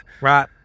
Right